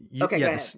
Okay